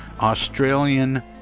Australian